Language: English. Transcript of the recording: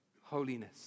Holiness